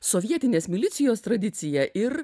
sovietinės milicijos tradicija ir